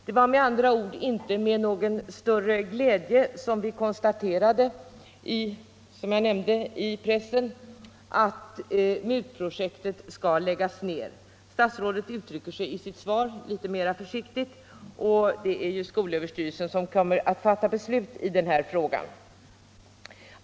Det var med andra ord inte med någon större glädje som vi, som jag nyss nämnde, genom pressen erfor att MUT-projektet skall läggas ned. Statsrådet uttryckte sig i sitt svar litet mera försiktigt. Det är ju skolöverstyrelsen som kommer att fatta beslut i denna fråga.